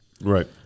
Right